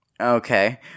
Okay